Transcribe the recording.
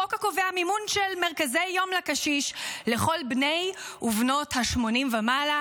חוק הקובע מימון של מרכזי יום לקשיש לכל בני ובנות ה-80 ומעלה,